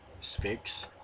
speaks